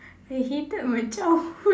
I hated my childhood